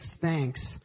thanks